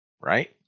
right